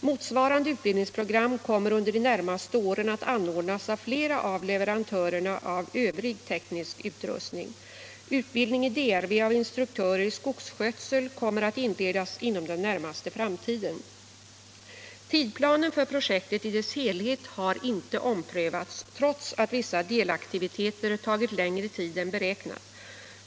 Motsvarande utbildningsprogram kommer under de närmaste åren att anordnas av flera av leverantörerna av övrig teknisk utrustning. Utbildning i DRV av instruktörer i skogsskötsel kommer att inledas inom den närmaste framtiden. Tidsplanen för projektet i dess helhet har inte omprövats, trots att vissa delaktiviteter tagit längre tid än beräknat.